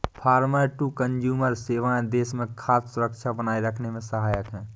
farmer to consumer सेवाएं देश में खाद्य सुरक्षा बनाए रखने में सहायक है